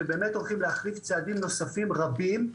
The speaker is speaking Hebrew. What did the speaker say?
ובאמת הולכים להכריז צעדים נוספים רבים,